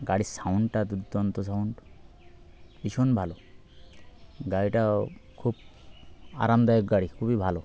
গাড়ির সাউন্ডটা দুর্দন্ত সাউন্ড ভীষণ ভালো গাড়িটা খুব আরামদায়ক গাড়ি খুবই ভালো